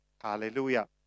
Hallelujah